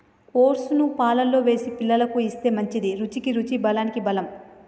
oats ను పాలల్లో వేసి పిల్లలకు ఇస్తే మంచిది, రుచికి రుచి బలానికి బలం